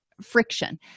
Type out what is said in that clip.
friction